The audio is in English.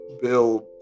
build